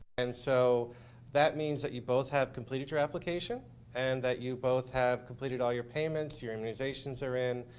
and so that means that you both have completed your application and that you both have completed all your payments your immunizations are in.